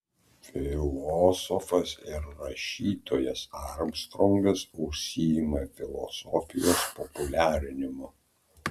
filosofas ir rašytojas armstrongas užsiima filosofijos populiarinimu